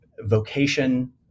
vocation